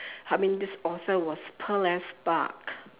I mean this author was Peles Park